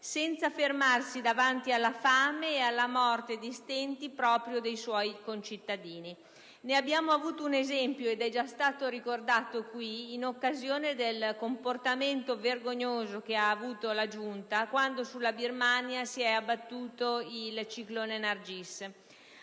senza fermarsi davanti alla fame e alla morte di stenti proprio dei suoi concittadini. Ne abbiamo avuto un esempio - è già stato ricordato - in occasione del comportamento vergognoso della giunta quando sulla Birmania si è abbattuto il ciclone Nargis.